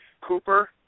Cooper –